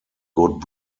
good